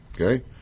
Okay